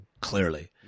clearly